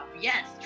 Yes